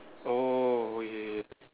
oh okay